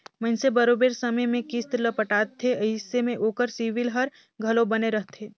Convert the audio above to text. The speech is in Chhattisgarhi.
मइनसे बरोबेर समे में किस्त ल पटाथे अइसे में ओकर सिविल हर घलो बने रहथे